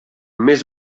més